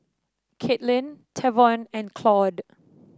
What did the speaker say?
Katelynn Tavon and Claude